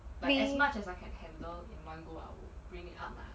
we might